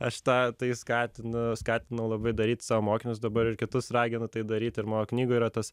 aš tą tai skatinu skatinu labai daryt savo mokinius dabar ir kitus raginu tai daryt ir mano knygoj yra tas